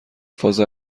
فاز